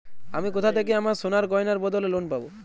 আমি কোথা থেকে আমার সোনার গয়নার বদলে লোন পাবো?